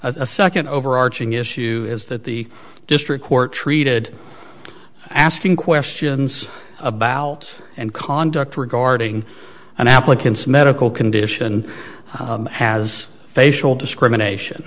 as a second overarching issue is that the district court treated asking questions about and conduct regarding an applicant's medical condition has facial discrimination